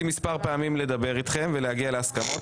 מספר פעמים לדבר אתכם ולהגיע להסכמות,